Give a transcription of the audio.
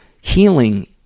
healing